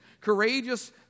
courageous